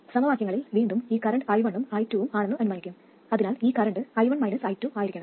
സമവാക്യങ്ങളിൽ വീണ്ടും ഈ കറന്റ് i1 ഉം i2 ഉം ആണെന്ന് അനുമാനിക്കും അതിനാൽ ഈ കറന്റ് i1 -i2 ആയിരിക്കണം